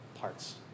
parts